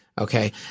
Okay